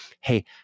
hey